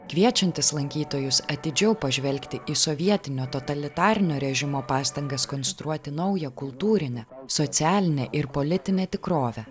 kviečiantis lankytojus atidžiau pažvelgti į sovietinio totalitarinio režimo pastangas konstruoti naują kultūrinę socialinę ir politinę tikrovę